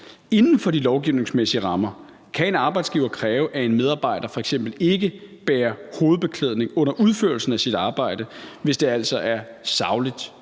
Inden for de lovgivningsmæssige rammer kan en arbejdsgiver kræve, at en medarbejder f.eks. ikke bærer hovedbeklædning under udførelsen af sit arbejde, hvis det altså er sagligt